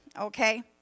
Okay